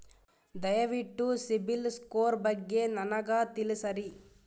ದಯವಿಟ್ಟು CIBIL score ಬಗ್ಗೆ ನನಗ ತಿಳಸರಿ?